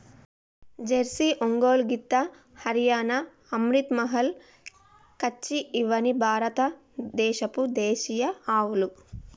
Jersey, Ongole గిత్త, హరియాణా, అమ్రిత్ మహల్, కచ్చి ఇవ్వని భారత దేశపు దేశీయ ఆవులు